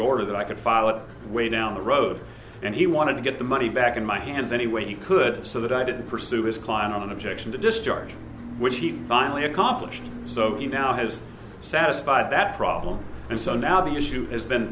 order that i could file it way down the road and he wanted to get the money back in my hands any way he could so that i didn't pursue his client on an objection to discharge which he finally accomplished so he now has satisfied that problem and so now the issue has been